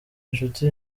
nshuti